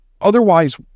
otherwise